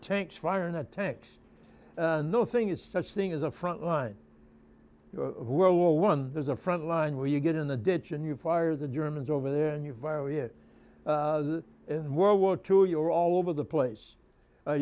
tank fire in a tank nothing is such thing as a frontline world war one there's a frontline where you get in the ditch and you fire the germans over there and you violet in world war two you're all over the place